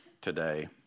today